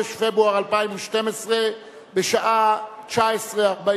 בחודש פברואר 2012, בשעה 19:45,